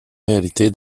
réalité